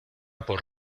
por